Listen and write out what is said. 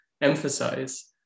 emphasize